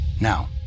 Now